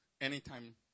anytime